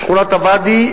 שכונת הוואדי,